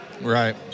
Right